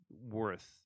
worth